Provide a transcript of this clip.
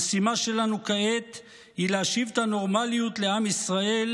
המשימה שלנו כעת היא להשיב את הנורמליות לעם ישראל,